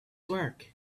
work